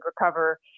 recover